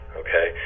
okay